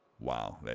Wow